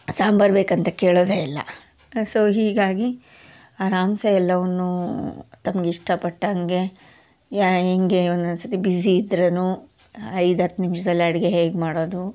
ಸಾಂಬಾರು ಬೇಕಂತ ಕೇಳೋದೇ ಇಲ್ಲ ಸೊ ಹೀಗಾಗಿ ಅರಾಮ್ಸೆ ಎಲ್ಲವನ್ನೂ ತಮಗಿಷ್ಟ ಪಟ್ಟಂಗೆ ಹೆಂಗೆ ಒಂದೊಂದು ಸರ್ತಿ ಬಿಝಿ ಇದ್ರೆ ಐದು ಹತ್ತು ನಿಮ್ಷ್ದಲ್ಲಿ ಅಡುಗೆ ಹೇಗೆ ಮಾಡೋದು